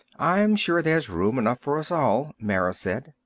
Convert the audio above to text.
i'm sure there's room enough for us all, mara said.